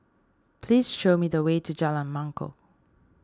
please show me the way to Jalan Mangkok